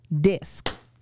disc